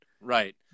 right